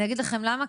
אני אגיד לכם למה,